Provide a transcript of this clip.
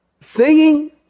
Singing